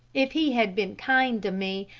if he had been kind to me,